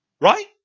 Right